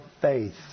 faith